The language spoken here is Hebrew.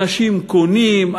אנשים קונים,